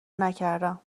نکردم